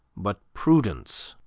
but prudence.